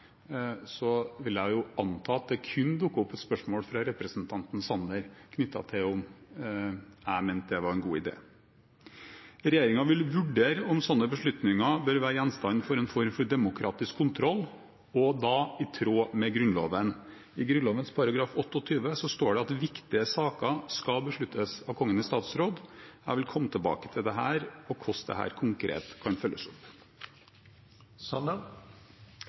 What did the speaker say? vil jeg anta at det kunne dukke opp et spørsmål fra representanten Sanner knyttet til om jeg mente at det var en god idé. Regjeringen vil vurdere om slike beslutninger bør være gjenstand for en form for demokratisk kontroll, og da i tråd med Grunnloven. I Grunnloven § 28 står det at «saker av viktighet» skal besluttes av Kongen i statsråd. Jeg vil komme tilbake til dette og hvordan det konkret kan følges